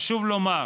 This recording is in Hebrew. חשוב לומר